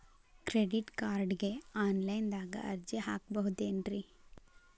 Credit ಕಾರ್ಡ್ಗೆ online ದಾಗ ಅರ್ಜಿ ಹಾಕ್ಬಹುದೇನ್ರಿ?